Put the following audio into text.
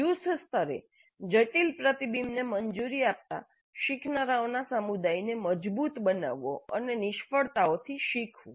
જૂથ સ્તરે જટિલ પ્રતિબિંબને મંજૂરી આપતા શીખનારાઓના સમુદાયને મજબૂત બનાવવો અને નિષ્ફળતાઓથી શીખવું